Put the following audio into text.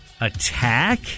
attack